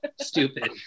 stupid